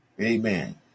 Amen